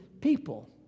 people